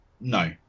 No